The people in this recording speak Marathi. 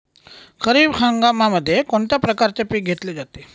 खरीप हंगामामध्ये कोणत्या प्रकारचे पीक घेतले जाते?